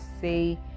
say